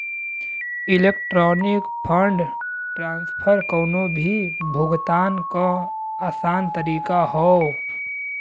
electronic fund transfer कउनो भी भुगतान क आसान तरीका हौ